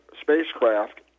spacecraft